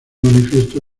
manifiesto